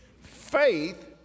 Faith